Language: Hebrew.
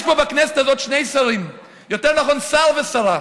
יש בכנסת הזאת שני שרים, יותר נכון שר ושרה,